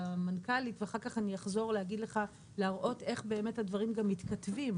למנכ"לית ואחר כך אני אחזור להראות איך באמת הדברים גם מתכתבים,